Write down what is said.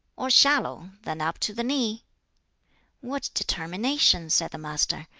or shallow, then up to the knee what determination! said the master.